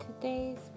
Today's